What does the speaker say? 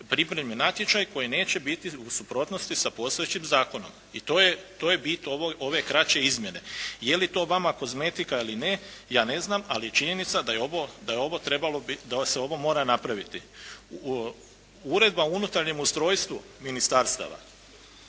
pripremni natječaj koji neće biti u suprotnosti sa postojećim zakonom. I to je bit ove kraće izmjene. Je li to vama kozmetika ili ne, ja ne znam, ali činjenica da je ovo, da je ovo trebalo biti, da se ovo mora napraviti. Uredba o unutarnjem ustrojstvu ministarstava,